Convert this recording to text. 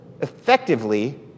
effectively